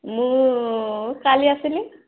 ମୁଁ କାଲି ଆସିଲି